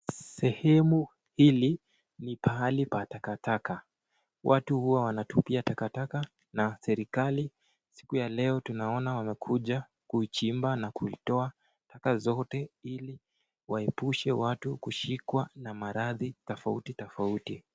Sehemu hili ni pahali pa takataka. Watu huwa wanatupia takataka na serikali siku ya leo tunaona wamekuja kuichimba na kuitoa takataka zote ili waepushe watu kushikwa na maradhi tofauti tofauti.